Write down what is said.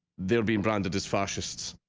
they're being branded as fascists.